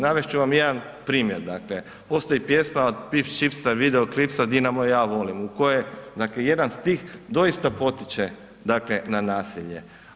Navest ću vam jedan primjer, postoji pjesma od Pips chipsa & videoclips „Dinamo ja volim“ u kojoj jedan stih doista potiče dakle na nasilje.